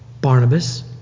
Barnabas